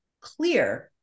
clear